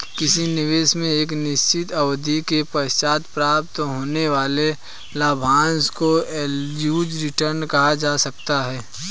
किसी निवेश में एक निश्चित अवधि के पश्चात प्राप्त होने वाले लाभांश को एब्सलूट रिटर्न कहा जा सकता है